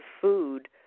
food